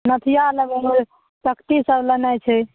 नथिया लेबय शक्ति सब लेनाइ छै